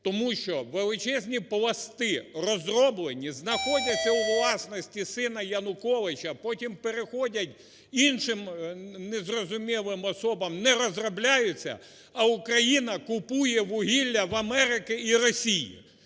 Тому що величезні пласти розроблені знаходяться у власності сина Януковича, потім переходять іншим незрозумілим особам, не розробляється, а Україна купує вугілля в Америки і Росії.